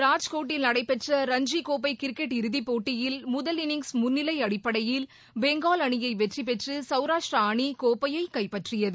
ராஜ்கோட்டில் நடைபெற்ற ரஞ்சிக் கோப்பை கிரிக்கெட் இறுதிப்போட்டியில் முதல் இன்னிங்ஸ் முன்னிலை அடிப்படையில் பெங்கால் அணியை வெற்றிபெற்று சௌராஷ்டிரா அணி கோப்பையை கைப்பற்றியது